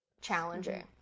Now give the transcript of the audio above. challenging